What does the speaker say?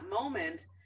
moment